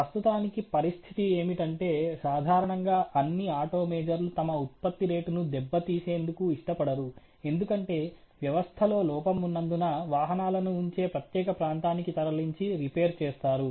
ప్రస్తుతానికి పరిస్థితి ఏమిటంటే సాధారణంగా అన్ని ఆటో మేజర్లు తమ ఉత్పత్తి రేటును దెబ్బతీసేందుకు ఇష్టపడరు ఎందుకంటే వ్యవస్థలో లోపం ఉన్నందున వాహనాలను ఉంచే ప్రత్యేక ప్రాంతానికి తరలించి రిపేర్ చేస్తారు